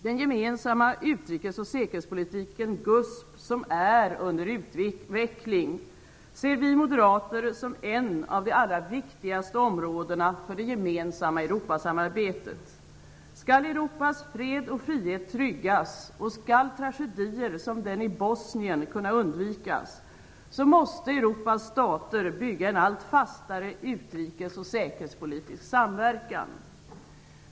Den gemensamma utrikes och säkerhetspolitiken GUSP, som är under utveckling, ser vi moderater som en av de allra viktigaste områdena för det gemensamma Europasamarbetet. Skall Europas fred och frihet tryggas och skall tragedier som den i Bosnien kunna undvikas så måste Europas stater bygga en allt fastare utrikes och säkerhetspolitisk samverkan.